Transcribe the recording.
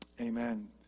Amen